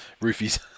roofies